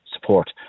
support